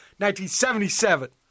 1977